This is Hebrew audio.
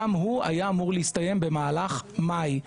גם הוא היה אמור להסתיים במהלך מאי.